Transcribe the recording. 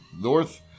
north